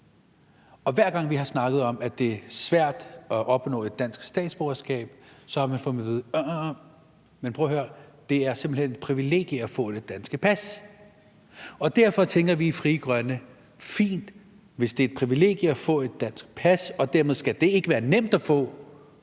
Og hver gang vi har snakket om, at det er svært at opnå et dansk statsborgerskab, har vi fået at vide, at det simpelt hen er et privilegium at få det danske pas. Derfor tænker vi i Frie Grønne: Fint, hvis det er et privilegium at få dansk pas, som dermed ikke skal være nemt at få,